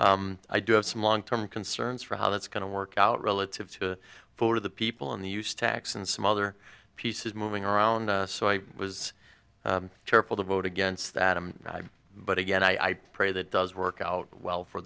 i do have some long term concerns for how that's going to work out relative to for the people in the use tax and some other pieces moving around so i was careful to vote against adam but again i pray that does work out well for